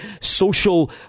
social